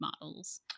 models